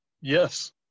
Yes